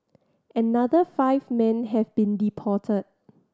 another five men have been deported